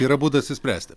yra būdas išspręsti